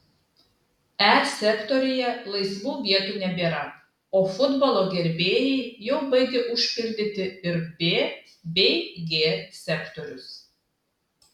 e sektoriuje laisvų vietų nebėra o futbolo gerbėjai jau baigia užpildyti ir b bei g sektorius